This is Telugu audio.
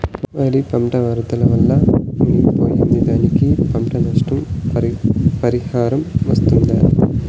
వరి పంట వరదల వల్ల మునిగి పోయింది, దానికి పంట నష్ట పరిహారం వస్తుందా?